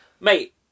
Mate